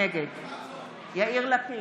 נגד יאיר לפיד,